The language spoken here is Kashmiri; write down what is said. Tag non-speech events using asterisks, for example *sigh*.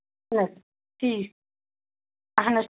*unintelligible* ٹھیٖک اَہن حظ